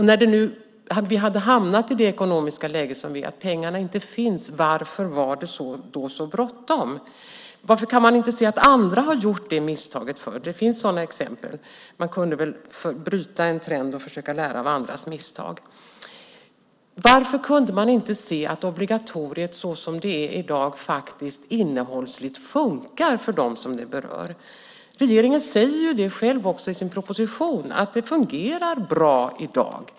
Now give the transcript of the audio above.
När vi nu hade hamnat i det ekonomiska läget att pengarna inte fanns, varför var det då så bråttom? Varför kan man inte se att andra har gjort det misstaget förr? Det finns sådana exempel. Man kunde väl bryta en trend och försöka lära av andras misstag. Varför kunde man inte se att obligatoriet så som det är i dag faktiskt innehållsligt funkar för dem som det berör. Regeringen säger ju själv i sin proposition att det fungerar bra i dag.